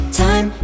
time